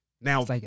Now